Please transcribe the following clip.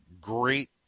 great